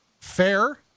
Fair